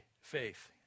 faith